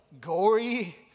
gory